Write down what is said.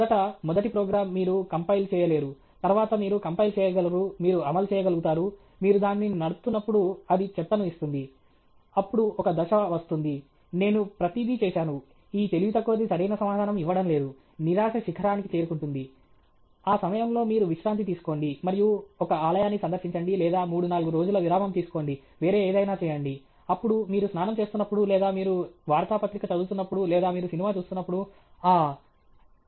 మొదట మొదటి ప్రోగ్రామ్ మీరు కంపైల్ చేయలేరు తర్వాత మీరు కంపైల్ చేయగలరు మీరు అమలు చేయగలుగుతారు మీరు దానిని నడుపుతున్నప్పుడు అది చెత్తను ఇస్తుంది అప్పుడు ఒక దశ వస్తుంది నేను ప్రతిదీ చేశాను ఈ తెలివితక్కువది సరైన సమాధానం ఇవ్వడం లేదు నిరాశ శిఖరానికి చేరుకుంటుంది ఆ సమయంలో మీరు విశ్రాంతి తీసుకోండి మరియు ఒక ఆలయాన్ని సందర్శించండి లేదా మూడు నాలుగు రోజుల విరామం తీసుకోండి వేరే ఏదైనా చేయండి అప్పుడు మీరు స్నానం చేస్తున్నప్పుడు లేదా మీరు వార్తాపత్రిక చదువుతున్నప్పుడు లేదా మీరు సినిమా చూస్తున్నప్పుడు ఆహ్